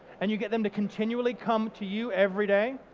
and you get them to continually come to you every day,